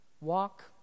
Walk